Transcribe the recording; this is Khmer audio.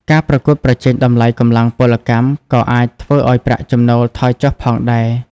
ការប្រកួតប្រជែងតម្លៃកម្លាំងពលកម្មក៏អាចធ្វើឱ្យប្រាក់ចំណូលថយចុះផងដែរ។